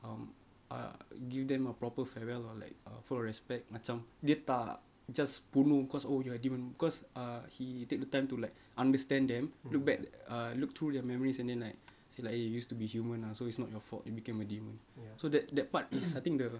um uh give them a proper farewell or like a form of respect macam dia tak just bunuh cause oh you're a demon cause err he take the time to like understand them look back ah look through their memories and then like say like eh you used to be human lah so it's not your fault you became a demon so that that part is I think the